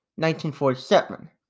1947